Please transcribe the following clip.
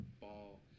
ball